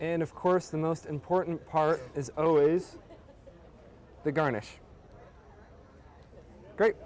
and of course the most important part is always the garnish